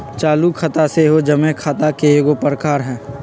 चालू खता सेहो जमें खता के एगो प्रकार हइ